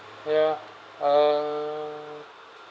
ya err